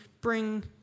bring